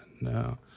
No